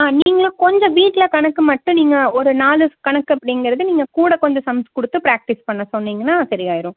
ஆ நீங்களும் கொஞ்சம் வீட்டில் கணக்கு மட்டும் நீங்கள் ஒரு நாலு கணக்கு அப்படிங்கிறது நீங்கள் கூட கொஞ்சம் சம்ஸ் கொடுத்து பிராக்டிஸ் பண்ண சொன்னிங்கன்னால் சரியாயிடும்